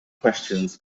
questions